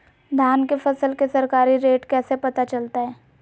धान के फसल के सरकारी रेट कैसे पता चलताय?